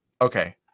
Okay